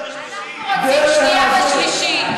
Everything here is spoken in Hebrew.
אנחנו רוצים שנייה ושלישית.